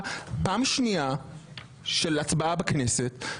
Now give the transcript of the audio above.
פעם שנייה הצבעה בכנסת,